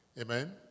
Amen